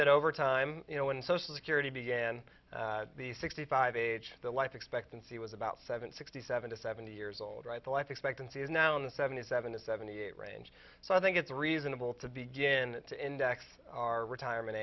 that over time you know when social security began the sixty five age the life expectancy was about seven sixty seven to seventy years old right the life expectancy is now in the seventy seven to seventy eight range so i think it's reasonable to begin to index our retirement